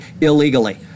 illegally